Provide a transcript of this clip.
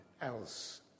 else